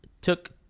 took